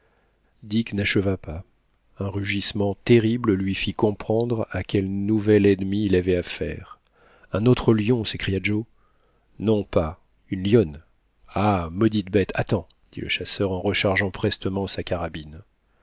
dick n'acheva pas un rugissement terrible lui fit comprendre à quel nouvel ennemi il avait affaire un autre lion s'écria joe non pas une lionne ah maudite bête attends dit le chasseur en rechargeant prestement sa carabine